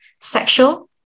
sexual